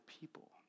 people